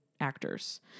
actors